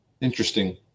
Interesting